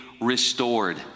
restored